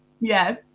Yes